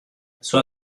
sua